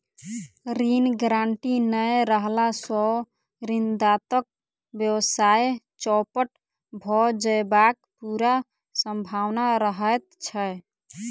ऋण गारंटी नै रहला सॅ ऋणदाताक व्यवसाय चौपट भ जयबाक पूरा सम्भावना रहैत छै